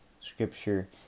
scripture